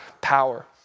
power